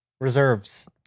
reserves